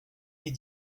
est